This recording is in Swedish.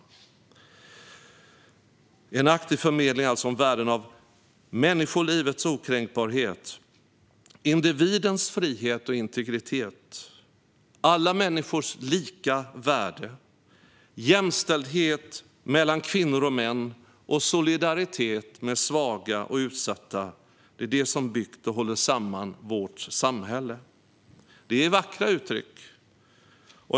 Det handlar om en aktiv förmedling av värden: människolivets okränkbarhet, individens frihet och integritet, alla människors lika värde, jämställdhet mellan kvinnor och män och solidaritet med svaga och utsatta. Det är detta som har byggt och håller samman vårt samhälle. Det är vackra uttryck.